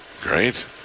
Great